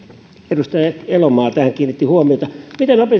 edustaja elomaa tähän kiinnitti huomiota miten